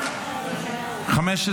לוועדת העבודה והרווחה נתקבלה.